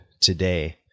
today